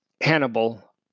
Hannibal